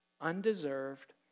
Undeserved